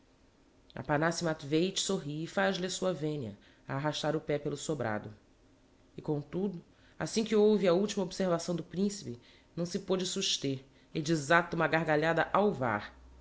rir aphanassi matveich sorri e faz-lhe a sua vénia a arrastar o pé pelo sobrado e comtudo assim que ouve a ultima observação do principe não se pode suster e desata uma gargalhada alvar